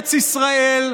בארץ ישראל,